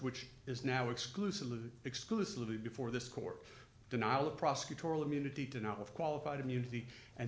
which is now exclusively exclusively before this court denial of prosecutorial immunity to not have qualified immunity and